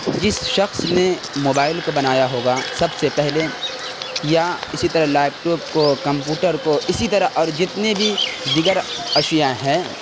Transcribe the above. جس شخص نے موبائل کو بنایا ہوگا سب سے پہلے یا اسی طرح لیپ ٹاپ کو کمپوٹر کو اسی طرح اور جتنے بھی دیگر اشیاء ہیں